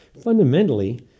fundamentally